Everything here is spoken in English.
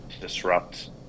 disrupt